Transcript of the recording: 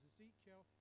Ezekiel